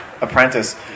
apprentice